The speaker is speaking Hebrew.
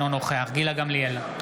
אינו נוכח גילה גמליאל,